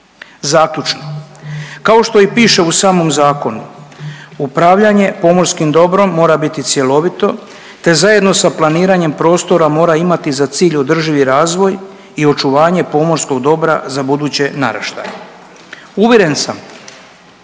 Zaključno, kao što i piše u samom zakonu, upravljanje pomorskim dobrom mora biti cjelovito te zajedno sa planiranjem prostora mora imati za cilj održivi razvoj i očuvanje pomorskog dobra za buduće naraštaje. Uvjeren sam